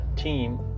Team